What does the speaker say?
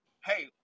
Hey